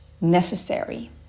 necessary